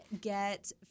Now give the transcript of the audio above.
get